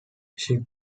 ship